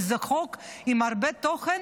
כי זה חוק עם הרבה תוכן